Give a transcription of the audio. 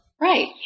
Right